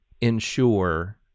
ensure